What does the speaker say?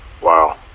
Wow